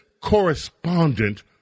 correspondent